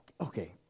Okay